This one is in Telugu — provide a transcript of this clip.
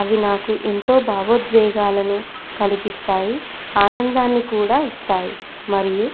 అవి నాకు ఎంతో భావోద్వేగాలను కలిగిస్తాయి ఆనందాన్ని కూడా ఇస్తాయి మరియు